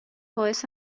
باعث